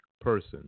person